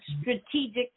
strategic